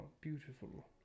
beautiful